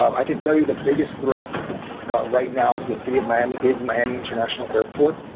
i can tell you the biggest threat right now to the city of miami is miami international airport.